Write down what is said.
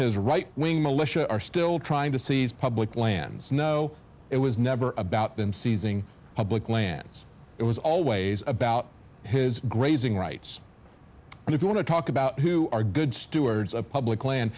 his right wing militia are still trying to seize public lands no it was never about them seizing public lands it was always about his grazing rights and if you want to talk about who are good stewards of public land